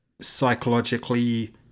psychologically